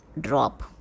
drop